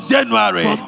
January